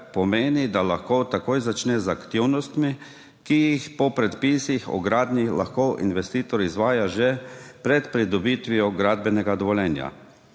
da lahko takoj začne z aktivnostmi, ki jih po predpisih o gradnji lahko investitor izvaja že pred pridobitvijo gradbenega dovoljenja.